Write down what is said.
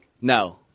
No